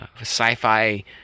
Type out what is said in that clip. sci-fi